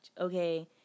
okay